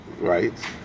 right